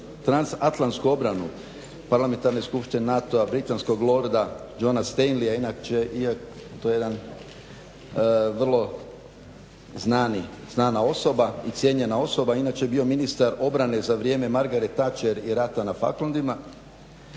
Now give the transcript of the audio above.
transatlantsku obranu Parlamentarne skupštine NATO-a britanskog lorda Johna Stanleya inače je to jedna vrlo znana i cijenjena osoba. Inače je bio ministar obrane za vrijeme Margaret Thatcher i rata na Faklandima.